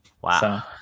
wow